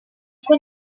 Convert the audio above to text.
kuko